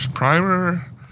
Primer